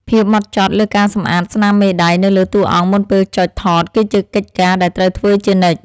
ភាពហ្មត់ចត់លើការសម្អាតស្នាមមេដៃនៅលើតួអង្គមុនពេលចុចថតគឺជាកិច្ចការដែលត្រូវធ្វើជានិច្ច។